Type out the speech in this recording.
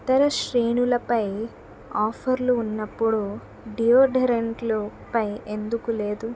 ఇతర శ్రేణులపై ఆఫర్లు ఉన్నప్పుడు డియోడరెంట్లుపై ఎందుకు లేదు